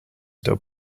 still